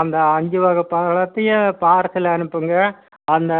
அந்த அஞ்சு வகை பழத்தையும் பார்சல் அனுப்புங்கள் அந்த